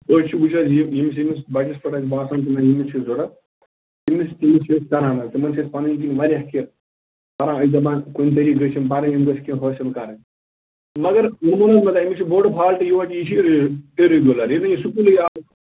أسۍ چھِ وُچھ حظ یہِ یِم چھِ أمِس بچس پٮ۪ٹھ باسان نہٕ أمِس چھُ ضروٗرت تٔمِس تٔمِس چھِ أسۍ کران حظ تِمن چھِ أسۍ پنٕنۍ کِنۍ واریاہ کیٚنٛہہ کہ کران أسۍ دپان کُنہِ طریقہٕ گٔژھۍ یِم پَرٕنۍ یِم گٔژھ کیٚنٛہہ حٲصِل کَرٕنۍ مگر مون حظ ووٚن أمِس چھُ بوٚڈ فالٹہٕ یوٚہَے کہِ یہِ چھُ اِریگیٛوٗ اِریگیٛوٗلر ییٚلہِ نہٕ یہِ سکوٗلٕے آو